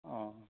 অঁ